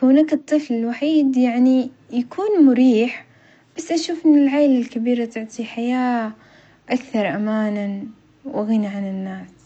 كونك الطفل الوحيد يعني يكون مريح، بس أشوف إن العيلة الكبيرة تعطي حياة أكثر أمانًا وغنى عن الناس.